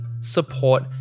support